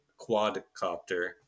quadcopter